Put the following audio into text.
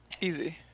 Easy